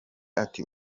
ati